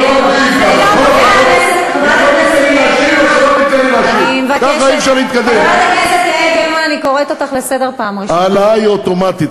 אני לא מכירה, ההעלאה היא אוטומטית.